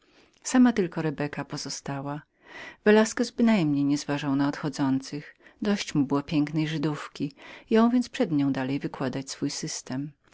sama tylko rebeka pozostała velasquez bynajmniej nie zważał na odchodzących dość mu było na pięknej żydówce jął więc przed nią dalej wykładać swój system